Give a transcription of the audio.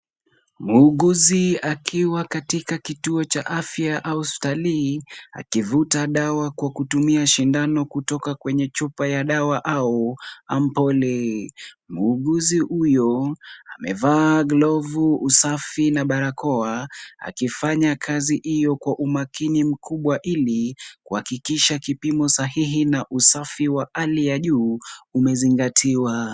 Muuguzi akiwa katika kituo cha afya au hospitali akivuta dawa kwa kutumia sindano kutoka kwenye chupa ya dawa au ampoli . Muuguzi huyo amevaa glavu safi na barakoa akifanya kazi hiyo kwa umakini mkubwa ili kuhakikisha kipimo sahihi na usafi wa hali ya juu umezingatiwa.